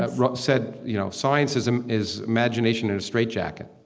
ah said, you know, science is and is imagination in a straitjacket.